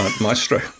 maestro